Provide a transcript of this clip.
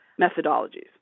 methodologies